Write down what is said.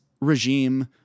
regime